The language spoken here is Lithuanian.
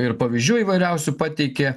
ir pavyzdžių įvairiausių pateikė